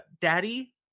Daddy